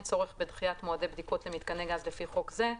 צורך בדחיית מועדי בדיקות למיתקני גז לפי חוק זה,